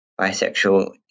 bisexual